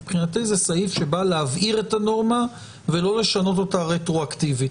מבחינתי זה סעיף שבא להבהיר את הנורמה ולא לשנות אותה רטרואקטיבית.